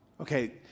Okay